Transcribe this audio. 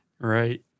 Right